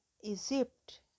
Egypt